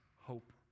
hope